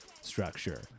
structure